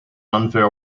unfair